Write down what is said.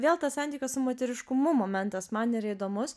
vėl tas santykio su moteriškumu momentas man yra įdomus